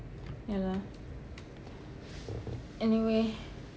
ya lah anyway